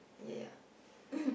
yeah yeah